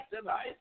tonight